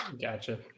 Gotcha